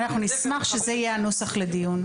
אנחנו נשמח שזה יהיה הנוסח לדיון.